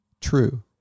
true